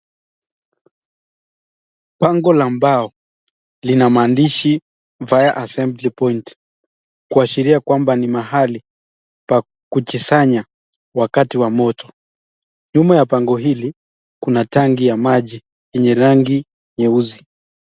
Bango la mbao lina maandishi fire assembly point kuashiria kwamba ni mahali pa kujisanya wakati wa moto. Nyuma ya bango hili kuna tangi ya maji yenye rangi nyeusi.